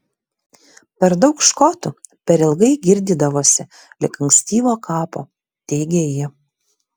per daug škotų per ilgai girdydavosi link ankstyvo kapo teigė ji